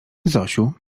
zosiu